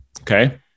Okay